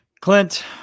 Clint